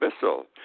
Bissell